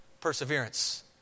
Perseverance